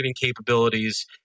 capabilities